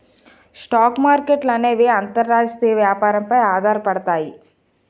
stock మార్కెట్ల అనేవి అంతర్జాతీయ వ్యాపారం పై ఆధారపడతాయి